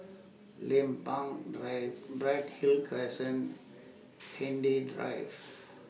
Lempeng Drive Bright Hill Crescent Hindhede Drive